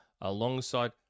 alongside